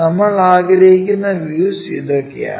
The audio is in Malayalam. നമ്മൾ ആഗ്രഹിക്കുന്ന വ്യൂസ് ഇതൊക്കെ ആണ്